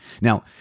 Now